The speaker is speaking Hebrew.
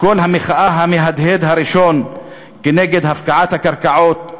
קול המחאה המהדהד הראשון נגד הפקעת הקרקעות.